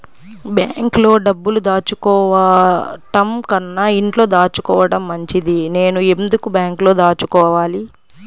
బ్యాంక్లో డబ్బులు దాచుకోవటంకన్నా ఇంట్లో దాచుకోవటం మంచిది నేను ఎందుకు బ్యాంక్లో దాచుకోవాలి?